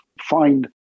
find